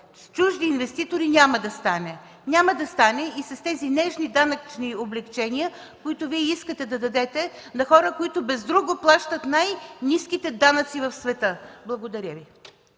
чужди инвеститори няма да стане. Няма да стане и с тези нежни данъчни облекчения, които Вие искате да дадете на хора, които без друго плащат най-ниските данъци в света. Благодаря Ви.